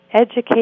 Educate